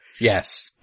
Yes